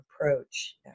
approach